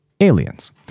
aliens